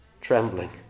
trembling